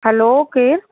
hello केरु